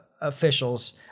officials